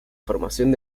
formación